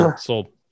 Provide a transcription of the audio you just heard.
sold